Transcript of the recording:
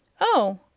Oh